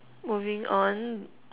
moving on